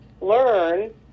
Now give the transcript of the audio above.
learn